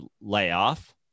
layoff